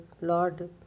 Lord